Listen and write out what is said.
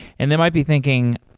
and they might be thinking,